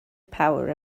power